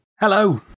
Hello